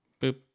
Boop